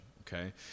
okay